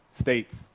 states